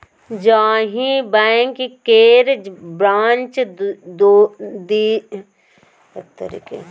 जाहि बैंक केर ब्रांच दोसर देश मे रहय छै आफसोर बैंकिंग कहाइ छै